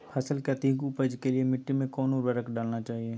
फसल के अधिक उपज के लिए मिट्टी मे कौन उर्वरक डलना चाइए?